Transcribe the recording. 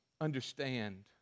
understand